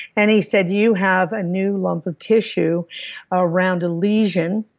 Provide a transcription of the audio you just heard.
and he said you have a new lump of tissue around a lesion